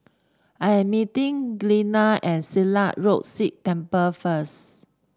I am meeting Glenna at Silat Road Sikh Temple first